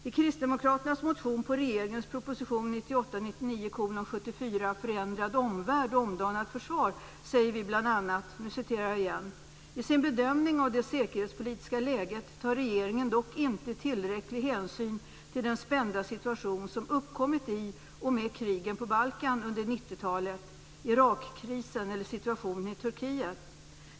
I kristdemokraternas motion med anledning av regeringens proposition 1998/99:74 Förändrad omvärld - omdanat försvar framhåller vi bl.a.: "I sin bedömning av det säkerhetspolitiska läget tar regeringen dock inte tillräcklig hänsyn till den spända situation som uppkommit i och med krigen på Balkan under 90-talet, Irak-krisen eller situationen i Turkiet.